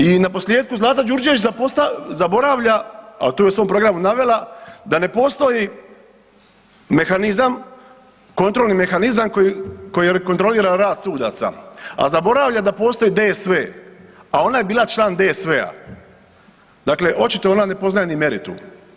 I naposljetku Zlata Đurđević zaboravlja, a to je u svom programu navela da ne postoji mehanizam, kontrolni mehanizam koji kontrolira rad sudaca, a zaboravlja da postoji DSV, a ona je bila član DSV, dakle očito ona ne poznaje ni meritum.